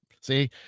See